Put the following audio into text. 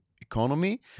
economy